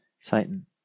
Satan